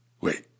Wait